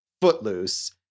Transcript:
Footloose